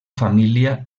família